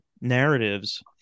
narratives